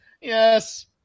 Yes